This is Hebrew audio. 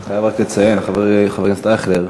אני חייב רק לציין, חברי חבר הכנסת אייכלר,